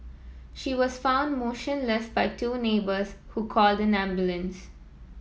she was found motionless by two neighbours who called an ambulance